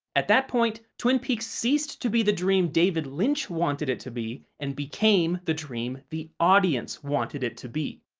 at that point, twin peaks ceased to be the dream david lynch wanted it to be and became the dream the audience wanted it to be.